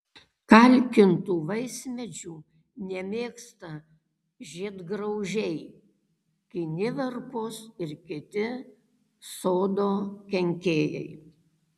kalkintų vaismedžių nemėgsta žiedgraužiai kinivarpos ir kiti sodo kenkėjai